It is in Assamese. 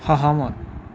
সহমত